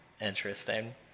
interesting